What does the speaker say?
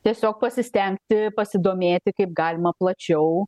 tiesiog pasistengti pasidomėti kaip galima plačiau